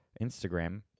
Instagram